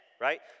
right